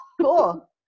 cool